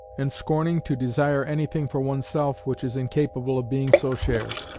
and scorning to desire anything for oneself which is incapable of being so shared.